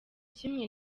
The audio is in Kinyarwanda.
kimwe